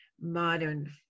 modern